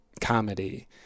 comedy